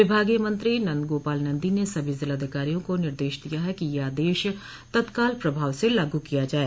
विभागीय मंत्री नन्द गोपाल नंदी ने सभी जिलाधिकारियों को निर्देश दिया है कि यह आदेश तत्काल प्रभाव से लागू किया जाये